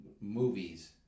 movies